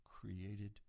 created